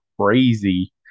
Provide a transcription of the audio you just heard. crazy